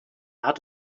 hat